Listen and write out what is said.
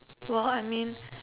well I mean